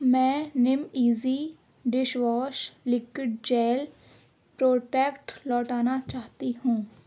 میں neem easy dish wash liquid gel protect لوٹانا چاہتی ہوں